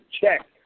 check